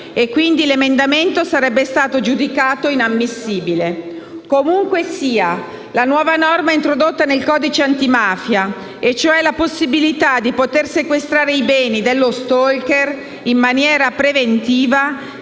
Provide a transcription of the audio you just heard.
Quindi, l'emendamento sarebbe stato giudicato inammissibile. Comunque sia, la nuova norma introdotta nel codice antimafia, cioè la possibilità di poter sequestrare i beni dello *stalker* in maniera preventiva,